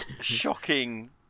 shocking